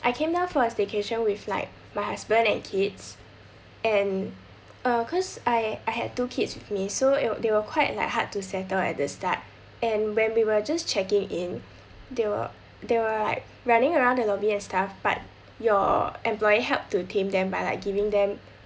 I came down for a staycation with like my husband and kids and uh cause I I had two kids with me so it were they were quite like hard to settle at the start and when we were just checking in they were they were like running around the lobby and stuff but your employee helped to tame them by like giving them